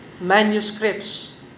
manuscripts